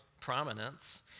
prominence